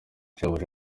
shebuja